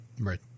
Right